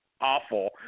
awful